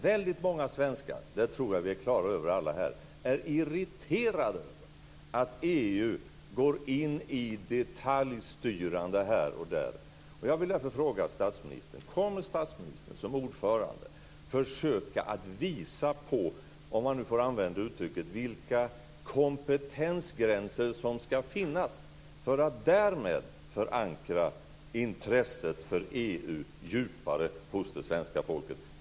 Väldigt många svenskar - det tror jag alla här är klara över - är irriterade över att EU går in i detaljstyrande här och där. Jag vill därför fråga statsministern om han som ordförande kommer att försöka visa på vilka kompetensgränser som ska finnas, om jag får använda uttrycket, för att därmed förankra intresset för EU djupare hos det svenska folket.